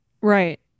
Right